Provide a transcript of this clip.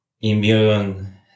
immune